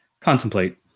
contemplate